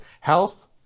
health